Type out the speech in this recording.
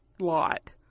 lot